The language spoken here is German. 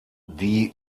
die